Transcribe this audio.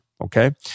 Okay